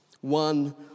one